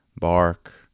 bark